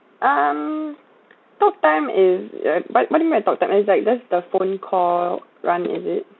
um talk time is uh what what do you mean by talk time is it like that's the phone call run is it